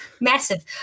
massive